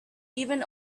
even